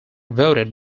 voted